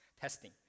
testing